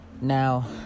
now